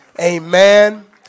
amen